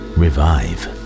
revive